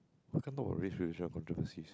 why can't talk about racial controversies